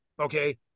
okay